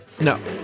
No